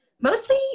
mostly